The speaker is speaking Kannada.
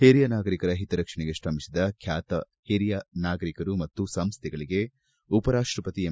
ಹಿರಿಯ ನಾಗರಿಕರ ಸಹತರಕ್ಷಣೆಗೆ ಶ್ರಮಿಸಿದ ಖ್ಯಾತ ಹಿರಿಯ ನಾಗರಿಕರು ಮತ್ತು ಸಂಸ್ಥೆಗಳಗೆ ಉಪರಾಷ್ಟಪತಿ ಎಂ